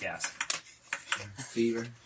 Fever